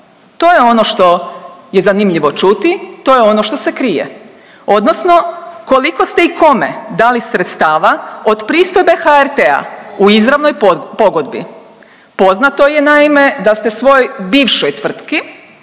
To je ono što je zanimljivo čuti, to je ono što se krije odnosno koliko ste i kome dali sredstava od pristojbe HRT-a u izravnoj pogodbi. Poznato je naime da ste svojoj bivšoj tvrtki